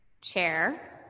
chair